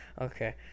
Okay